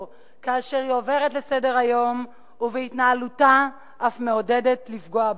כאשר היא עוברת לסדר-היום ובהתנהלותה אף מעודדת לפגוע בהם?